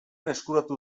eskuratu